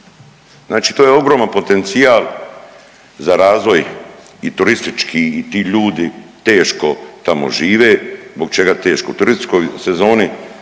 Znači to je ogroman potencijal za razvoj i turistički i ti ljudi teško tamo žive. Zbog čega teško? U turističkoj sezoni